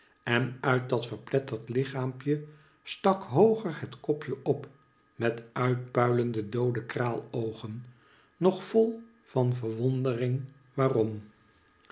en uit dat verpletterd lichaampje stak hooger het kopje op met uitgepuilde doode kraaloogen nog vol van verwondering waarom